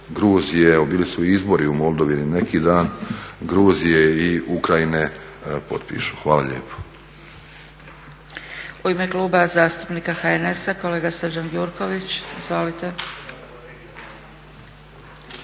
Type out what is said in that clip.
bili su izbori u Moldovi neki dan, Gruzije i Ukrajine potpišu. Hvala lijepo.